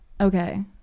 Okay